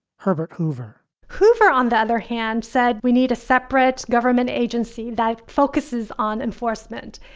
herbert hoover hoover, on the other hand, said we need a separate government agency that focuses on enforcement.